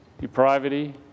depravity